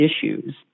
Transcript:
issues